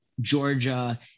Georgia